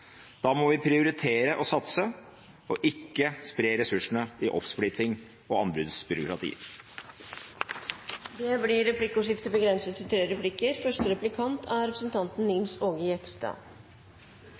Da må vi prioritere å satse – og ikke spre ressursene i oppsplitting og anbudsbyråkrati. Det blir replikkordskifte.